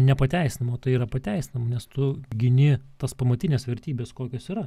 nepateisinama tai yra pateisinama nes tu gini tas pamatines vertybes kokios yra